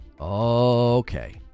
okay